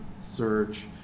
search